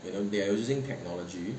you know they are using technology